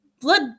blood